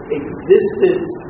existence